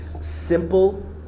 simple